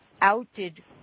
outed